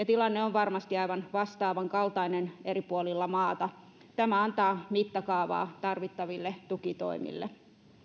tilanne on varmasti aivan vastaavankaltainen eri puolilla maata tämä antaa mittakaavaa tarvittaville tukitoimille